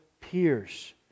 peers